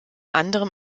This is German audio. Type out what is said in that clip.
anderem